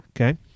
Okay